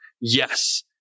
yes